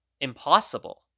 impossible